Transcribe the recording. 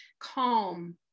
calm